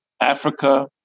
Africa